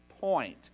point